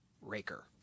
Raker